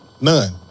None